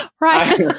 right